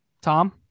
Tom